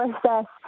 process